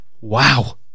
Wow